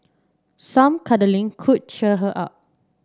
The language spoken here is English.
some cuddling could cheer her up